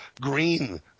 green